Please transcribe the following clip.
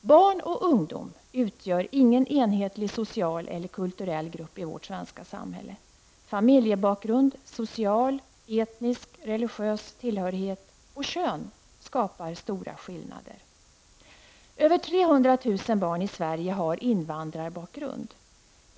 Barn och ungdom utgör ingen enhetlig social eller kulturell grupp i vårt svenska samhälle. Familjebakgrund, social, etnisk och religiös tillhörighet samt kön skapar stora skillnader. Över 300 000 barn i Sverige har invandrarbakgrund.